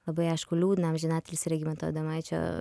labai aišku liūdna amžinatilsį regimanto adomaičio